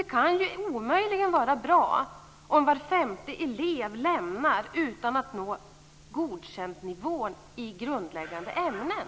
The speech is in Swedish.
Det kan ju omöjligen vara bra om var femte elev lämnar skolan utan att nå nivån Godkänd i grundläggande ämnen.